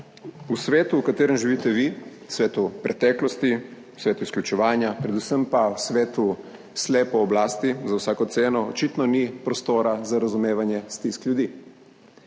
v svetu, v katerem živite vi, v svetu preteklosti, v svetu izključevanja, predvsem pa v svetu sle po oblasti za vsako ceno, očitno ni prostora za razumevanje stisk ljudi.